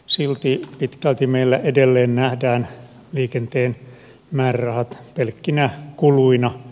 silti pitkälti meillä edelleen nähdään liikenteen määrärahat pelkkinä kuluina